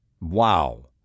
Wow